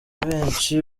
benshi